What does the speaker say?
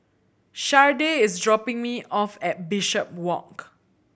Shardae is dropping me off at Bishopswalk